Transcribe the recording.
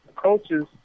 Coaches